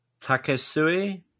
Takesui